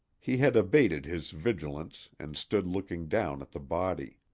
he had abated his vigilance and stood looking down at the body.